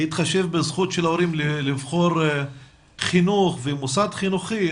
להתחשב בזכות של ההורים לבחור חינוך ומוסד חינוכי,